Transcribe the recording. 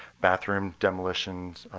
bathroom demolitions,